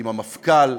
עם המפכ"ל,